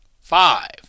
Five